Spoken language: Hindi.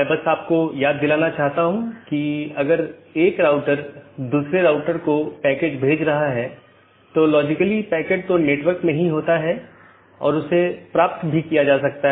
इसलिए पड़ोसियों की एक जोड़ी अलग अलग दिनों में आम तौर पर सीधे साझा किए गए नेटवर्क को सूचना सीधे साझा करती है